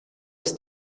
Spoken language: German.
ist